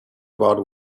about